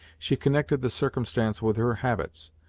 she connected the circumstance with her habits.